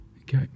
Okay